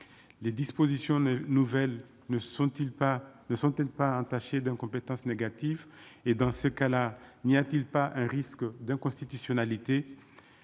les dispositions nouvelles ne sont-ils pas, ne sont-elles pas entaché d'incompétence négative et dans ce cas-là, n'y a-t-il pas un risque d'inconstitutionnalité,